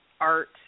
art